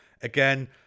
again